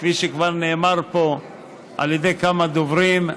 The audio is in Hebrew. כפי שכבר נאמר פה על ידי כמה דוברים,